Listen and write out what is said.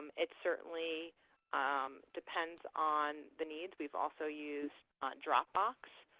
it certainly depends on the needs. we have also used dropbox.